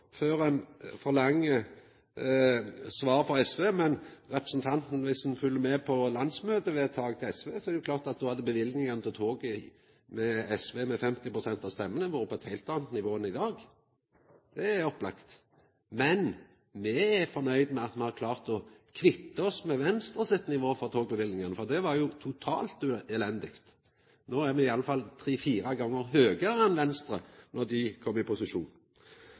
før ein forlanger svar frå SV. Om representanten følgjer med på landsmøtevedtak til SV, er det klart at då hadde ho sett at løyvingane til toget, med 50 pst. av stemmene, ville vore på eit helt anna nivå enn i dag. Det er opplagt. Men me er fornøgde med at me har klart å kvitta oss med Venstre sitt nivå på togløyvingane, for det var jo totalt elendig. No er me i alle fall tre, fire gonger høgare enn då Venstre var i posisjon.